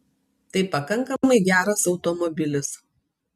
tai pakankamai geras automobilis